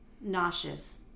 nauseous